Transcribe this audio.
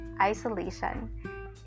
isolation